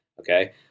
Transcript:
Okay